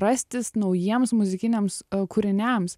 rastis naujiems muzikiniams kūriniams